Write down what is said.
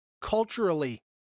culturally